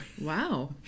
wow